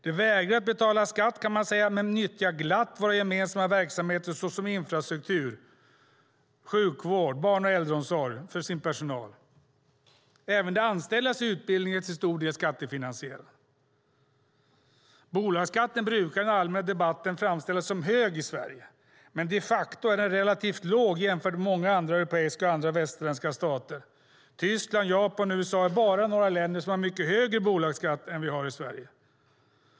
De vägrar att betala skatt men nyttjar glatt våra gemensamma verksamheter såsom infrastruktur, sjukvård och barn och äldreomsorg för sin personal. Även de anställdas utbildning är till stor del skattefinansierad. Bolagsskatten i Sverige brukar i den allmänna debatten framställas som hög, men de facto är den relativt låg jämfört med många andra europeiska och västerländska stater. Tyskland, Japan och USA är några länder som har mycket högre bolagsskatt än Sverige.